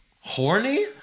Horny